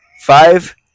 five